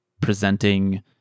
presenting